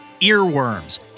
Earworms